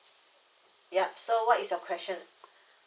ya so what is your question